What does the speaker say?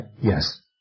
Yes